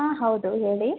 ಹಾಂ ಹೌದು ಹೇಳಿ